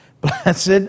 Blessed